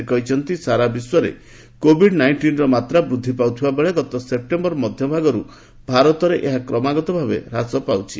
ସେ କହିଛନ୍ତି ସାରା ବିଶ୍ୱରେ କୋଭିଡ୍ ନାଇଷ୍ଟିନ୍ର ମାତ୍ରା ବୃଦ୍ଧି ପାଉଥିବା ବେଳେ ଗତ ସେପ୍ଟେମ୍ବର ମଧ୍ୟଭାଗରୁ ଭାରତରେ ଏହା କ୍ରମାଗତ ଭାବେ ହ୍ରାସ ପାଉଛି